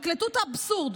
תקלטו את האבסורד.